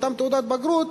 אותן תעודות בגרות,